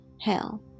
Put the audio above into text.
hell